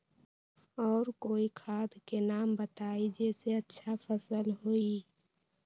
और कोइ खाद के नाम बताई जेसे अच्छा फसल होई?